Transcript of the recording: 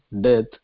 death